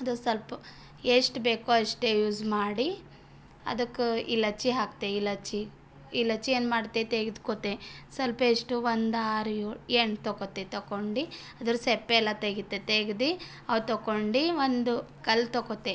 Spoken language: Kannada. ಅದು ಸ್ವಲ್ಪ ಎಷ್ಟು ಬೇಕೋ ಅಷ್ಟೇ ಯೂಸ್ ಮಾಡಿ ಅದಕ್ಕೆ ಇಲಚ್ಚಿ ಹಾಕ್ತೆ ಇಲಚ್ಚಿ ಇಲಚ್ಚಿ ಏನು ಮಾಡ್ತೈತೆ ತೆಗ್ದ್ಕೊತೆ ಸ್ವಲ್ಪ ಎಷ್ಟು ಒಂದು ಆರು ಏಳು ಎಂಟು ತಕೊತ್ತೆ ತಕೊಂಡು ಅದರ ಸಪ್ಪೆ ಎಲ್ಲ ತೆಗೀತೆ ತೆಗೆದು ಅದು ತಗೊಂಡು ಒಂದು ಕಲ್ಲು ತಗೊತ್ತೆ